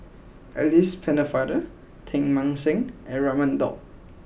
Alice Pennefather Teng Mah Seng and Raman Daud